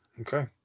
Okay